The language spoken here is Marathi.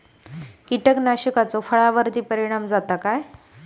कीटकनाशकाचो फळावर्ती परिणाम जाता काय?